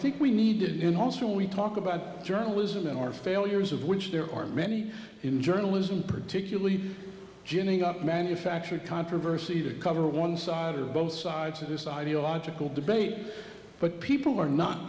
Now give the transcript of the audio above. think we needed in also when we talk about journalism in our failures of which there are many in journalism particularly ginning up manufactured controversy to cover one side or both sides of this ideological debate but people are not